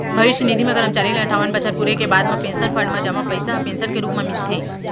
भविस्य निधि म करमचारी ल अनठावन बछर पूरे के बाद म पेंसन फंड म जमा पइसा ह पेंसन के रूप म मिलथे